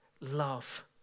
love